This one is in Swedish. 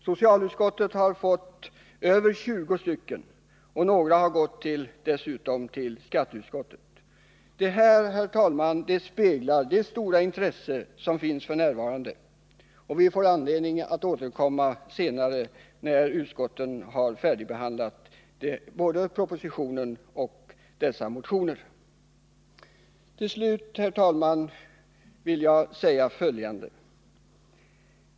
Socialutskottet har fått över 20 stycken, och några har dessutom gått till skatteutskottet. Detta speglar det stora intresse som finns f.n. Vi får anledning att återkomma senare, när utskotten har färdigbehandlat både propositionen och dessa motioner. Slutligen, herr talman, vill jag säga följande.